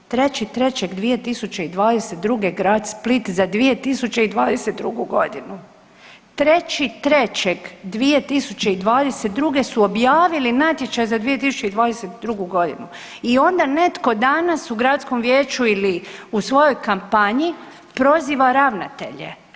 3.3.2022. grad Split za 2022. g., 3.3.2022. su objavili natječaj za 2022. g. i onda netko danas u gradskom vijeću ili u svojoj kampanji proziva ravnatelje.